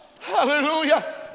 Hallelujah